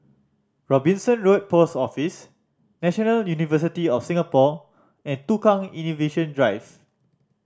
Robinson Road Post Office National University of Singapore and Tukang Innovation Drive